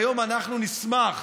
היום אנחנו נשמח,